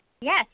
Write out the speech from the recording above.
Yes